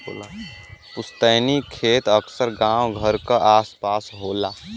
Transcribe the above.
पुस्तैनी खेत अक्सर गांव घर क आस पास होला